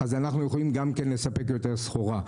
אז אנחנו יכולים לספק יותר סחורה.